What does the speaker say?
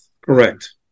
Correct